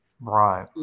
Right